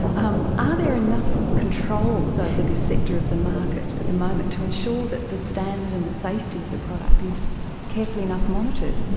um are there enough controls over this sector of the market at the moment to ensure that the standard and the safety of the product is carefully enough monitored?